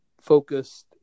focused